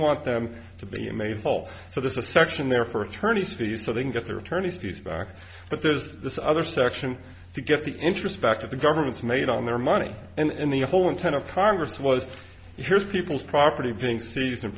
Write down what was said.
want them to be made whole so there's a section there for attorney fees so they can get their attorney's fees back but there's this other section to get the interest back to the government's made on their money and in the whole intent of congress was here's people's property being seized